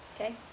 okay